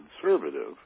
conservative